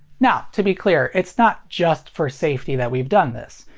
now to be clear, it's not just for safety that we've done this.